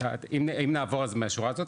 אם נעבור מהשורה הזאת,